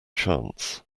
chance